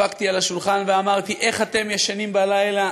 דפקתי על השולחן ואמרתי: איך אתם ישנים בלילה?